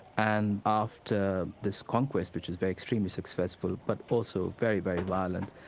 and after this conquest, which was very extremely successful, but also very, very violent,